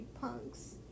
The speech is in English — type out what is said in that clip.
Punks